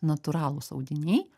natūralūs audiniai